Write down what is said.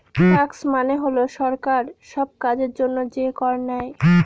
tax মানে হল সরকার সব কাজের জন্য যে কর নেয়